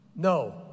No